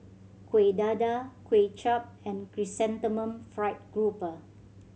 Kuih Dadar Kuay Chap and Chrysanthemum Fried Grouper